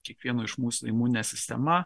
kiekvieno iš mūsų imuninė sistema